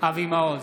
אבי מעוז,